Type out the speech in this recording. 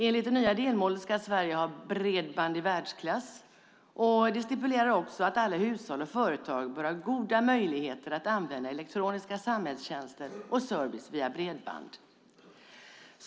Enligt det nya delmålet ska Sverige ha bredband i världsklass. Det stipulerar också att alla hushåll och företag bör ha goda möjligheter att använda elektroniska samhällstjänster och service via bredband.